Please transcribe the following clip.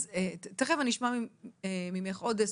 תיכף אני אשמע ממך עוד.